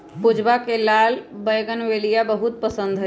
पूजवा के लाल बोगनवेलिया बहुत पसंद हई